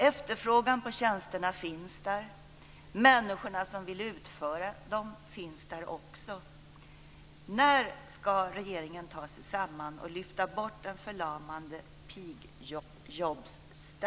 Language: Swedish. Efterfrågan på tjänsterna finns där, och människorna som vill utföra dem finns där också.